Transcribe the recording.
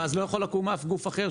ואז לא יוכל לקום אף גוף אחר.